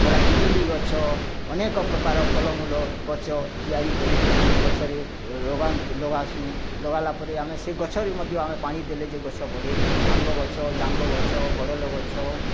ଗଲା ପିଜୁଲି ଗଛ ଅନେକ ପ୍ରକାର ଫଳମୂଳ ଗଛ ତିଆରି କରିକି ଆମେ ଗଛରେ ଲଗାନ୍ତୁ ଲଗାସୁଁ ଲଗାଲା ପରେ ଆମେ ସେ ଗଛରେ ମଧ୍ୟ ଆମେ ପାଣି ଦେଲେ ଯେ ଗଛ ବଢ଼େ ଆମ୍ବ ଗଛ ଜାମ୍ବ ଗଛ ବଡ଼ଲ ଗଛ